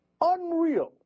unreal